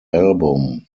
album